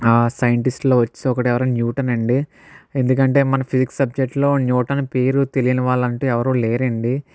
సైన్టిస్ట్లో వచ్చి ఒకడు ఎవరంటే న్యూటన్ అండి ఎందుకంటే మన ఫిజిక్స్ సబ్జెక్టులో న్యూటన్ పేరు తెలియని వాళ్ళంటూ ఎవరూ లేరండి